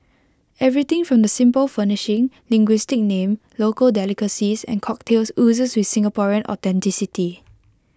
everything from the simple furnishing linguistic name local delicacies and cocktails oozes with Singaporean authenticity